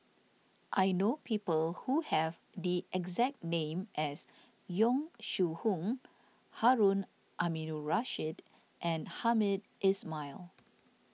I know people who have the exact name as Yong Shu Hoong Harun Aminurrashid and Hamed Ismail